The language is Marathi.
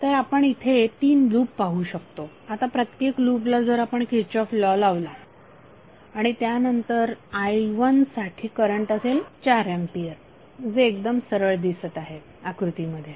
तर आपण येथे तीन लुप पाहू शकतो आता प्रत्येक लुपला जर आपण किरचॉफ लॉ लावला आणि त्यानंतर i1 साठी करंट असेल 4 एंपियर जे एकदम सरळ दिसत आहे आकृती मध्ये